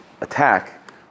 attack